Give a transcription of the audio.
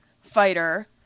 fighter